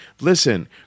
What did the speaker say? Listen